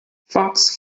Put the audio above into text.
fox